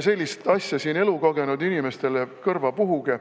sellist asja siin elukogenud inimestele kõrva puhuge,